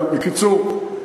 אבל בקיצור,